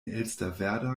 elsterwerda